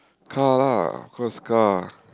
car lah of course car